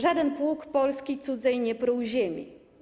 Żaden pług polski cudzej nie pruł ziemi,